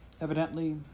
Evidently